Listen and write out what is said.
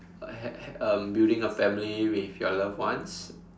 uh h~ h~ um building a family with your loved ones